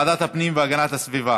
לוועדת הפנים והגנת הסביבה.